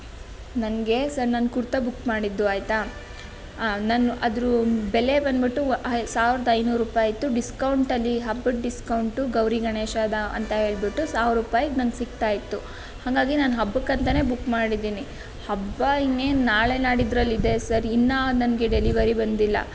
ನನಗೆ ಸರ್ ನಾನು ಕುರ್ತಾ ಬುಕ್ ಮಾಡಿದ್ದು ಆಯಿತಾ ನಾನು ಅದರ ಬೆಲೆ ಬಂದುಬಿಟ್ಟು ಐ ಸಾವಿರದ ಐನೂರು ರೂಪಾಯಿಯಿತ್ತು ಡಿಸ್ಕೌಂಟಲ್ಲಿ ಹಬ್ಬದ ಡಿಸ್ಕೌಂಟ್ ಗೌರಿ ಗಣೇಶದ ಅಂತ ಹೇಳಿಬಿಟ್ಟು ಸಾವಿರ ರೂಪಾಯಿಗೆ ನನಗೆ ಸಿಕ್ತಾ ಇತ್ತು ಹಾಗಾಗಿ ನಾನು ಹಬ್ಬಕ್ಕಂತಲೇ ಬುಕ್ ಮಾಡಿದ್ದೀನಿ ಹಬ್ಬ ಇನ್ನೇನು ನಾಳೆ ನಾಳಿದ್ದರಲ್ಲಿ ಇದೆ ಸರ್ ಇನ್ನೂ ನನಗೆ ಡೆಲಿವರಿ ಬಂದಿಲ್ಲ